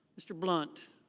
mr. blunt.